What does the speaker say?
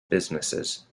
businesses